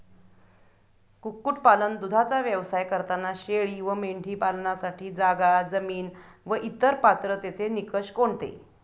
कुक्कुटपालन, दूधाचा व्यवसाय करताना शेळी व मेंढी पालनासाठी जागा, जमीन व इतर पात्रतेचे निकष कोणते?